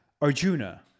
Arjuna